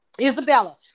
Isabella